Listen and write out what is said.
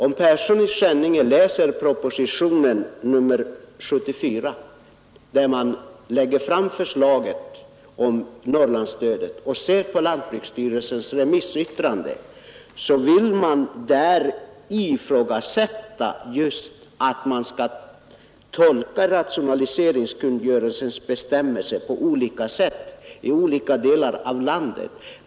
Om herr Persson läser propositionen 74, där man lägger fram förslaget om Norrlandsstödet, och ser på lantbruksstyrelsens remissyttrande så skall han finna att man där vill antyda just att rationaliseringskungörelsens bestämmelser inte skall tolkas på olika sätt i olika delar av landet.